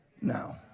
now